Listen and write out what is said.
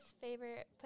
favorite